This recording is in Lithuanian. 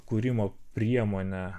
kūrimo priemonę